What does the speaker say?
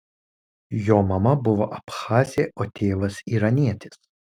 jo mama buvo abchazė o tėvas iranietis